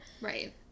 Right